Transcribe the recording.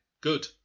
Good